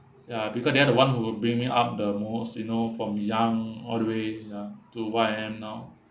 ya because they are the one who bring me up the most you know from young all the way ya to where I am now